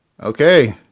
Okay